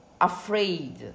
afraid